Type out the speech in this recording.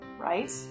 right